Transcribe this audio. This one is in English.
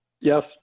yes